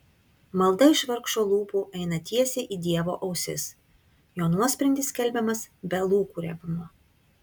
malda iš vargšo lūpų eina tiesiai į dievo ausis jo nuosprendis skelbiamas be lūkuriavimo